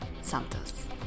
Santos